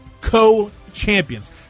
co-champions